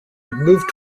moved